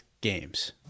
games